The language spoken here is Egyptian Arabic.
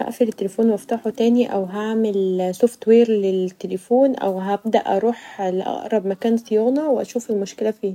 هقفل التليفون و افتحه تاني او هعمل سوفت وير للتليفون او هبدا اروح لأقرب مكان صيانه واشوف المشكله فين.